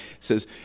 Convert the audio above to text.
says